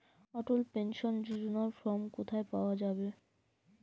অটল pension যোজনার form কোথায় পাওয়া যাবে?